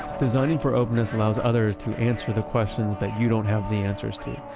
designing for openness allows others to answer the questions that you don't have the answers to.